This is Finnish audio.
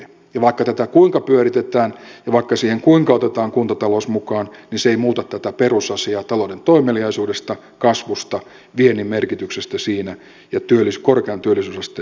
ja vaikka tätä kuinka pyöritetään ja vaikka siihen kuinka otetaan kuntatalous mukaan niin se ei muuta tätä perusasiaa talouden toimeliaisuudesta kasvusta viennin merkityksestä siinä ja korkean työllisyysasteen tärkeydestä